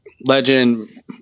Legend